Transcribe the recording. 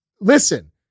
listen